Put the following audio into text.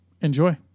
enjoy